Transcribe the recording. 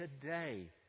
today